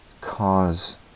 cause